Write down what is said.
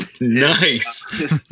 Nice